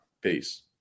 peace